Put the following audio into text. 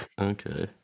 Okay